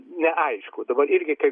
neaišku dabar irgi kaip